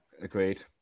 Agreed